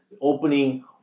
opening